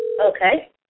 Okay